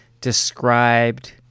described